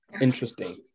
Interesting